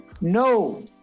No